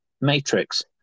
Matrix